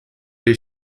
les